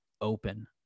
open